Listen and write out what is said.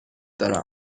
دارم